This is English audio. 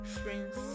friends